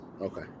Okay